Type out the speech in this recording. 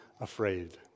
afraid